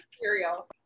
Cereal